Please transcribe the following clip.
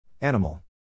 Animal